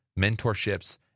mentorships